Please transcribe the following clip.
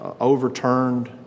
overturned